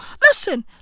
listen